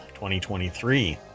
2023